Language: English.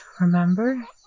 remember